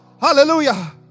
Hallelujah